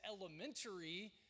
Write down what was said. elementary